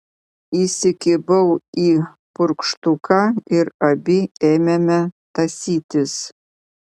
įsikibau į purkštuką ir abi ėmėme tąsytis